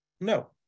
No